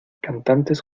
cantantes